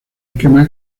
esquema